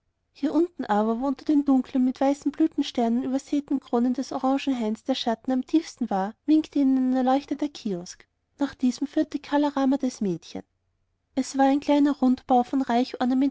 hier unten aber wo unter den dunklen mit weißen blütensternchen übersäten kronen eines orangenhaines der schatten am tiefsten war winkte ihnen ein erleuchteter kiosk nach diesem führte kala rama das mädchen es war ein kleiner rundbau von reich